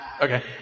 Okay